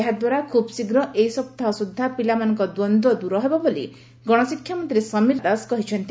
ଏହାଦ୍ୱାରା ଖୁବ୍ ଶୀଘ୍ର ଏଇ ସପ୍ତାହ ସୁଦ୍ଧା ପିଲାମାନଙ୍କ ଦୃନ୍ଦ୍ ଦୂର ହେବ ବୋଲି ଗଣଶିକ୍ଷା ମନ୍ତୀ ସମୀର ଦାସ କହିଛନ୍ତି